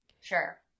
Sure